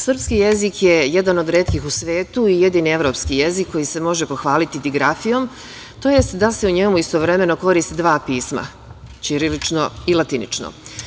Srpski jezik je jedan od retkih u svetu i jedini evropski jezik koji se može pohvaliti digrafijom, tj. da se u njemu istovremeno koriste dva pisma, ćirilično i latinično.